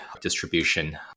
distribution